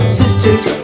sisters